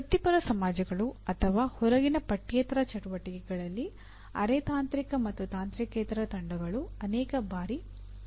ವೃತ್ತಿಪರ ಸಮಾಜಗಳು ಅಥವಾ ಹೊರಗಿನ ಪಠ್ಯೇತರ ಚಟುವಟಿಕೆಗಳಲ್ಲಿ ಅರೆ ತಾಂತ್ರಿಕ ಮತ್ತು ತಾಂತ್ರಿಕೇತರ ತಂಡಗಳು ಅನೇಕ ಬಾರಿ ಆಗುತ್ತದೆ